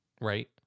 Right